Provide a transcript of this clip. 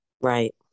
Right